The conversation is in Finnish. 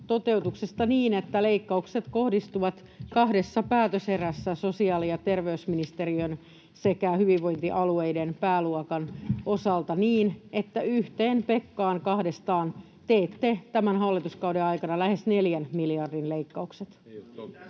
niin, että leikkaukset kohdistuvat kahdessa päätöserässä sosiaali‑ ja terveysministeriön sekä hyvinvointialueiden pääluokan osalta niin, että yhteen pekkaan kahdestaan teette tämän hallituskauden aikana lähes neljän miljardin leikkaukset.